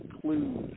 clues